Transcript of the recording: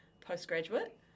postgraduate